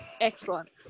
Excellent